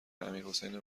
امیرحسین